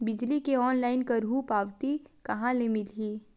बिजली के ऑनलाइन करहु पावती कहां ले मिलही?